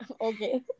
okay